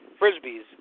Frisbees